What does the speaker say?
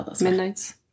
Midnight's